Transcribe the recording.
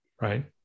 right